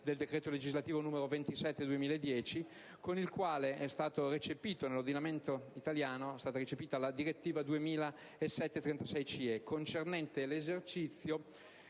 Grazie,